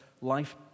life